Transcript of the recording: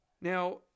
Now